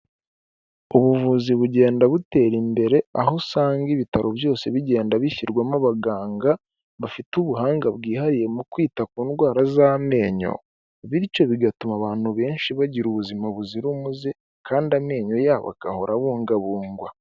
Ubuvuzi bugenda butera imbere aho usanga ibita byose bigenda bishyirwamo abaganga bafite ubuhanga bwihariye mu kwita ku ndwara z'amenyo bityo bigatuma abantu benshi bagira ubuzima buzira umuze kandi amenyo yabo agahora abungabungwa.